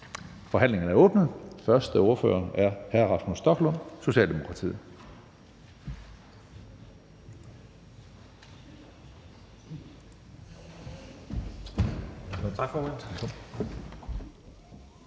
Forhandlingen er åbnet. Første ordfører er hr. Rasmus Stoklund, Socialdemokratiet.